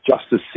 justice